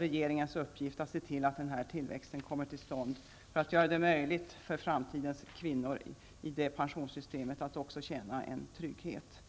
regeringens uppgift att se till att denna tillväxt kommer till stånd. Då kan framtidens kvinnor i detta pensionssystem känna en trygghet.